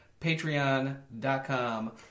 patreon.com